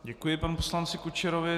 Děkuji panu poslanci Kučerovi.